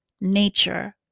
nature